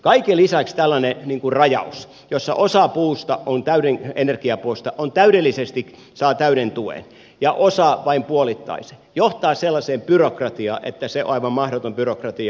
kaiken lisäksi tällainen rajaus jossa osa energiapuusta saa täyden tuen ja osa vain puolittaisen johtaa sellaiseen byrokratiaan että se on aivan mahdoton byrokratia